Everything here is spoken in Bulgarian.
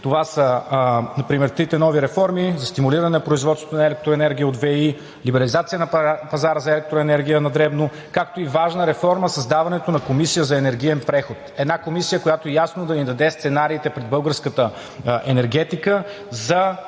Това са например трите нови реформи за стимулиране на производството на електроенергия от ВЕИ, либерализация на пазара за електроенергия на дребно, както и важна реформа – създаването на Комисия за енергиен преход, една комисия, която ясно да ни даде сценариите пред българската енергетика за